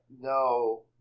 no